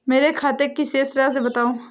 मेरे खाते की शेष राशि बताओ?